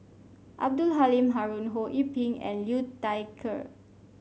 Abdul Halim Haron Ho Yee Ping and Liu Thai Ker